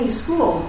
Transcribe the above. school